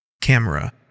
Camera